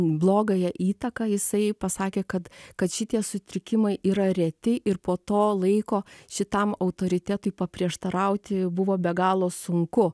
blogąją įtaką jisai pasakė kad kad šitie sutrikimai yra reti ir po to laiko šitam autoritetui paprieštarauti buvo be galo sunku